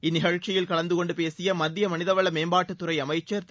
இந்நிகழ்ச்சியில் கலந்து கொண்டு பேசிய மத்திய மனித வள மேம்பாட்டு துறை அமைச்சர் திரு